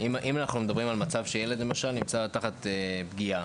אם אנחנו מדברים על מצב שהילד נמצא תחת פגיעה,